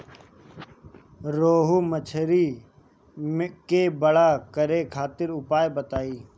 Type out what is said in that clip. रोहु मछली के बड़ा करे खातिर उपाय बताईं?